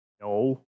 No